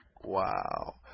Wow